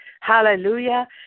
hallelujah